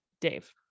Dave